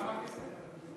כמה כסף זה?